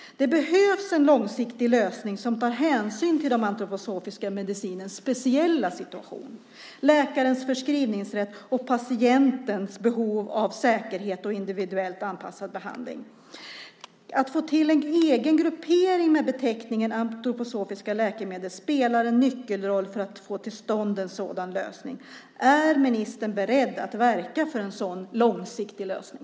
Det behövs en långsiktig lösning som tar hänsyn till den antroposofiska medicinens speciella situation, läkarens förskrivningsrätt och patientens behov av säkerhet och individuellt anpassad behandling. Att få till en egen gruppering med beteckningen antroposofiska läkemedel spelar en nyckelroll för att få till stånd en sådan lösning. Är ministern beredd att verka för en sådan långsiktig lösning?